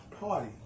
party